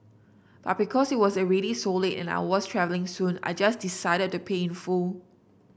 but because it was already so late and I was travelling soon I just decided to pay in full